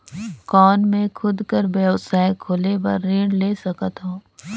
कौन मैं खुद कर व्यवसाय खोले बर ऋण ले सकत हो?